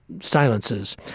silences